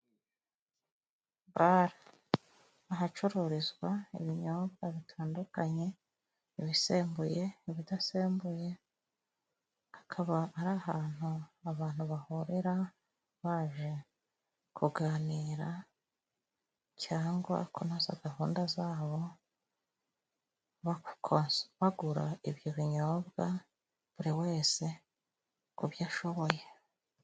Ahacururizwa ibinyobwa bitandukanye ibisembuye, ibidasembuye hakaba ari ahantu abantu bahurira baje kuganira cyangwa kunoza gahunda zabo bagura ibyo binyobwa buri wese ku byo ashoboye.